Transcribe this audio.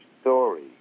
story